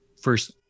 first